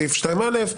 בסעיף 2א,